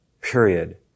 period